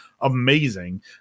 amazing